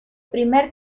primer